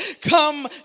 Come